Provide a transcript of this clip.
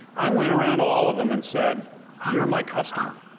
i went around all of them and said you're my customer.